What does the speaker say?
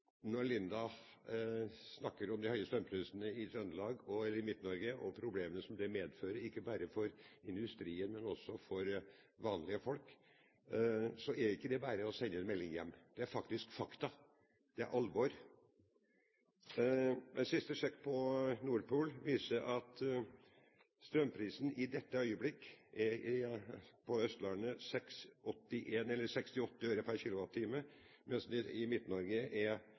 Når representanten Hofstad Helleland snakker om de høye strømprisene i Trøndelag og i Midt-Norge og problemene som det medfører, ikke bare for industrien, men også for vanlige folk, er ikke det bare å sende en melding hjem. Det er faktisk fakta, det er alvor! En siste sjekk på Nord Pool viser at strømprisen i dette øyeblikk på Østlandet er 68 øre per kWh, mens den i Midt-Norge er kr 1,22. Det er et hopp fra i